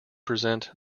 present